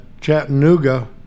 Chattanooga